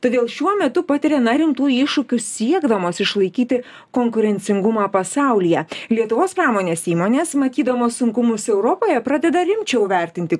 todėl šiuo metu patiria rimtų iššūkių siekdamos išlaikyti konkurencingumą pasaulyje lietuvos pramonės įmonės matydamos sunkumus europoje pradeda rimčiau vertinti kaip